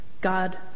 God